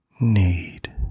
need